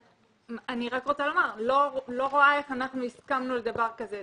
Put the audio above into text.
אני רק רוצה לומר שאני לא רואה איך אנחנו הסכמנו לדבר כזה.